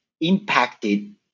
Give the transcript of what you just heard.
impacted